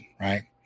Right